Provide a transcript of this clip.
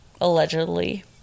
allegedly